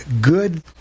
good